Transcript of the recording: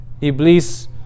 Iblis